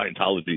Scientology